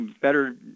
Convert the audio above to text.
better